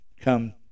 come